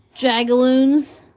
jagaloons